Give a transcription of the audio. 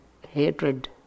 hatred